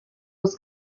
was